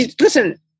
Listen